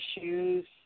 shoes